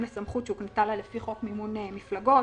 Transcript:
לסמכות שהוקנתה לה לפי חוק מימון מפלגות,